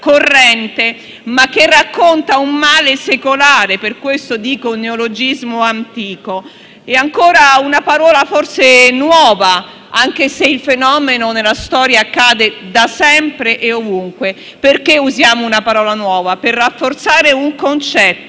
corrente, ma che racconta un male secolare. Per questo parlo di un neologismo antico. È forse una parola nuova, anche se il fenomeno nella storia accade da sempre e ovunque. Perché usiamo una parola nuova? La usiamo per rafforzare un concetto